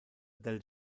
del